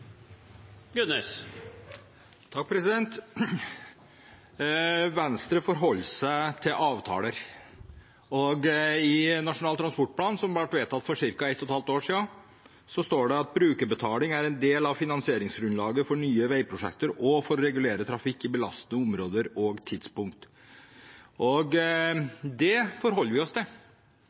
ble vedtatt for ca. ett og et halvt år siden, er det lagt til grunn at brukerbetaling er en del av finansieringsgrunnlaget for nye veiprosjekter og for å regulere trafikk i belastede områder og tidspunkt. Det forholder vi oss til.